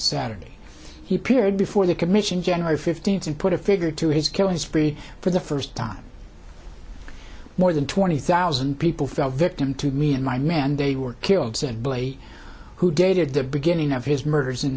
saturday he appeared before the commission january fifteenth and put a figure to his killing spree for the first time more than twenty thousand people fell victim to me and my men they were killed said billy who dated the beginning of his murders in